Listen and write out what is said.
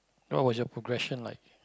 what was your progression like